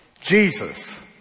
Jesus